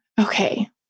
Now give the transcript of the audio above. Okay